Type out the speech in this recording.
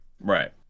Right